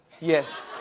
Yes